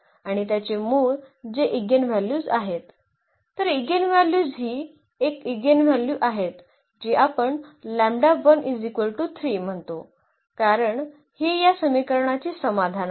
आणि त्याचे मूळ जे ईगेनव्हल्यू असेल तर ईगेनव्हल्यू ही 1 ईगेनव्हल्यू आहेत जी आपण म्हणतो कारण हे या समीकरणाचे समाधान आहे